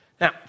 Now